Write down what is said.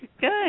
Good